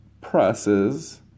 presses